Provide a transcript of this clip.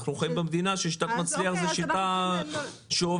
אנחנו חיים במדינה ששיטת מצליח זה שיטה שעובדת,